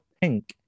pink